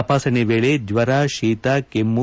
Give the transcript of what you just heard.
ತಪಾಸಣೆ ವೇಳೆ ಜ್ವರ ಶೀತ ಕೆಮ್ಮು